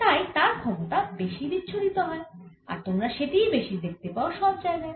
তাই তার ক্ষমতা বেশি বিচ্ছুরিত হয় আর তোমরা সেটিই বেশি দেখতে পাও সব জায়গায়